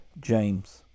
James